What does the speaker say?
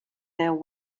their